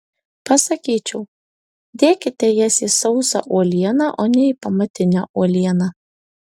pasakyčiau dėkite jas į sausą uolieną o ne į pamatinę uolieną